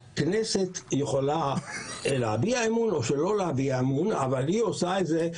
הכנסת יכולה להביע אמון או שלא להביע אמון אבל היא עושה את זה,